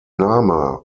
name